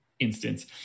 instance